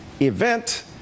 event